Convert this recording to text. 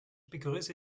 begrüße